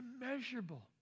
immeasurable